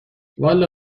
والا